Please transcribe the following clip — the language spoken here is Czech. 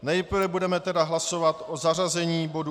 Nejprve budeme tedy hlasovat o zařazení bodu 839.